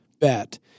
bet